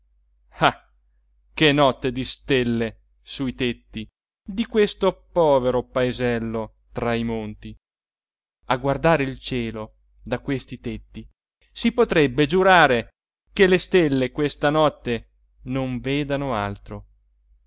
che notte di stelle sui tetti di questo povero paesello tra i monti a guardare il cielo da questi tetti si potrebbe giurare che le stelle questa notte non vedano altro